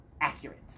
accurate